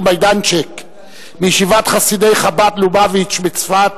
מיידנצ'יק מישיבת חסידי חב"ד ליובאוויטש בצפת,